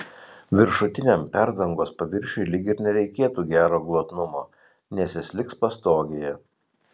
viršutiniam perdangos paviršiui lyg ir nereikėtų gero glotnumo nes jis liks pastogėje